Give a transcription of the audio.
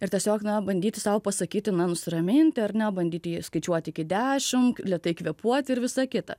ir tiesiog na bandyti sau pasakyti na nusiraminti ar ne bandyti skaičiuoti iki dešim lėtai kvėpuoti ir visa kita